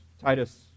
Titus